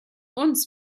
uns